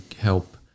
help